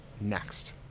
next